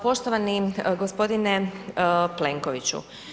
Poštovani gospodine Plenkoviću.